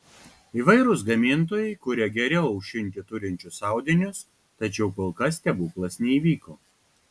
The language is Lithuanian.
įvairūs gamintojai kuria geriau aušinti turinčius audiniu tačiau kol kas stebuklas neįvyko